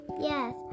Yes